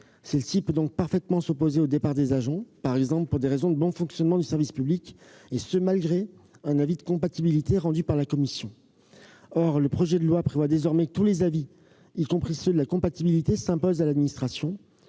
dernière peut donc parfaitement s'opposer au départ des agents, par exemple pour des raisons liées au bon fonctionnement du service public, et ce malgré un avis de compatibilité rendu par la Haute Autorité. Or le projet de loi prévoit désormais que tous les avis de la HATVP, y compris ses avis de compatibilité, s'imposent à l'administration.